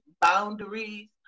boundaries